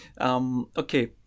okay